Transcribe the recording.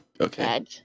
Okay